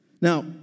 Now